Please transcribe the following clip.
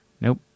Nope